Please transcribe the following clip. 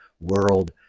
world